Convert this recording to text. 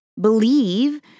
believe